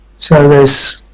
so there's